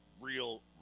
real